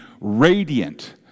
radiant